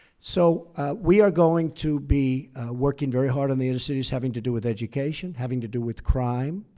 so we are going to be working very hard on the inner cities having to do with education, having to do with crime.